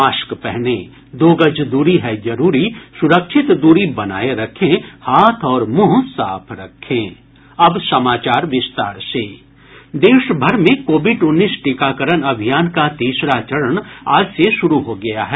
mask पहनें दो गज दूरी है जरूरी सुरक्षित दूरी बनाये रखें हाथ और मुंह साफ रखें देशभर में कोविड उन्नीस टीकाकरण अभियान का तीसरा चरण आज से शुरू हो गया है